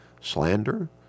slander